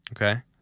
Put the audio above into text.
Okay